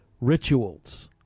rituals